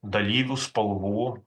dalyvių spalvų